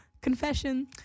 confession